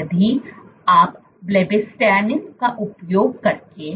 यदि आप ब्लोबिस्टिन का उपयोग करके